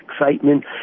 excitement